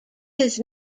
his